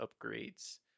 upgrades